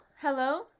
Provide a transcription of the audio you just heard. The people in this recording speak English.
hello